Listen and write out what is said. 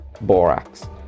Borax